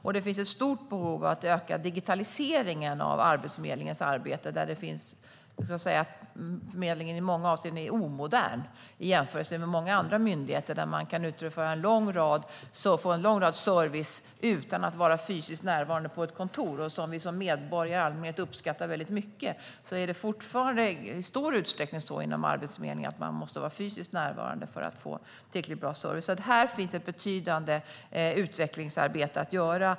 Det finns också ett stort behov av att öka digitaliseringen av Arbetsförmedlingens arbete, som i många avseenden är omodernt i jämförelse med många andra myndigheter, där man kan få mycket service utan att vara fysiskt närvarande på ett kontor, vilket vi som medborgare i allmänhet uppskattar mycket. Men inom Arbetsförmedlingen måste man fortfarande i stor utsträckning vara fysiskt närvarande för att få tillräckligt bra service. Här finns alltså ett betydande utvecklingsarbete att göra.